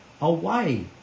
away